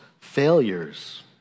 failures